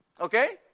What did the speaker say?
Okay